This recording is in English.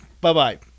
Bye-bye